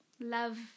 love